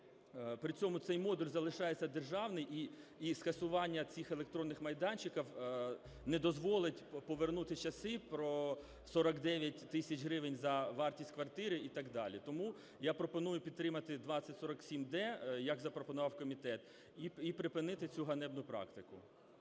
при цьому цей модуль залишається державний і скасування цих електронних майданчиків не дозволить повернути часи про 49 тисяч гривень за вартість квартири і так далі. Тому я пропоную підтримати 2047-д, як запропонував комітет, і припинити цю ганебну практику.